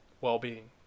well-being